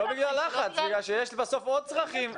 זה לא בגלל לחץ אלא בגלל שיש בסוף עוד צרכים.